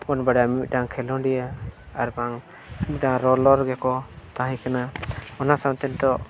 ᱵᱚᱱ ᱵᱟᱲᱟᱭᱟ ᱢᱤᱫᱴᱟᱝ ᱠᱷᱮᱞᱳᱰᱤᱭᱟᱹ ᱟᱨᱵᱟᱝ ᱢᱤᱫᱴᱟᱝ ᱨᱚᱨᱚᱞ ᱜᱮᱠᱚ ᱛᱟᱦᱮᱸᱠᱟᱱᱟ ᱚᱱᱟ ᱥᱟᱶᱛᱮ ᱱᱤᱛᱚᱜ